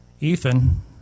Ethan